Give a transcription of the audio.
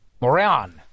Moran